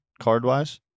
card-wise